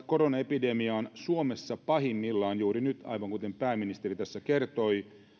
koronaepidemia on suomessa pahimmillaan juuri nyt aivan kuten pääministeri tässä kertoi